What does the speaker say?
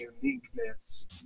uniqueness